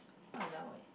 !walao! eh